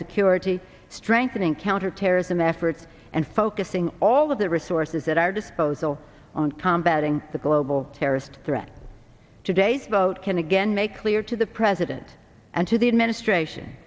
security strengthening counterterrorism efforts and focusing all of the resources at our disposal on tom batting the global terrorist threat today's vote can again make clear to the president and to the administration